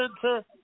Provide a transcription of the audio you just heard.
center